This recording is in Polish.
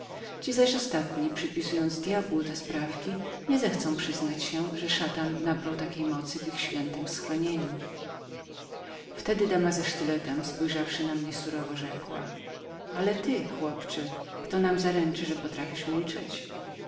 ci zaś ostatni przypisując djabłu te sprawki nie zechcą przyznać się że szatan nabrał takiej mocy w ich świętem schronieniu wtedy dama ze sztyletem spojrzawszy na mnie surowo rzekła ale ty chłopcze kto nam zaręczy że potrafisz milczeć